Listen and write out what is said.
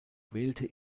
wählte